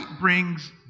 brings